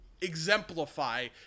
exemplify